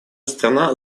страна